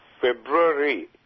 February